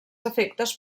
efectes